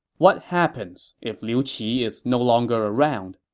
what happens if liu qi is no longer around?